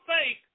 fake